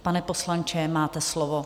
Pane poslanče, máte slovo.